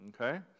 Okay